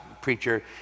preacher